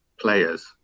players